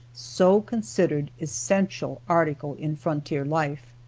so considered, essential article in frontier life.